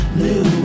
new